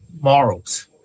morals